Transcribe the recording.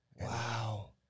Wow